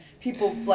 people